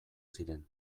ziren